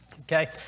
okay